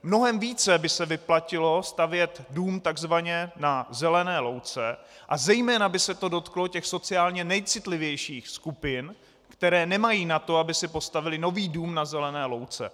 Mnohem více by se vyplatilo stavět dům takzvaně na zelené louce a zejména by se to dotklo těch sociálně nejcitlivějších skupin, které nemají na to, aby si postavily nový dům na zelené louce.